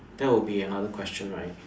that would be another question right